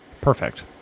Perfect